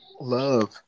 love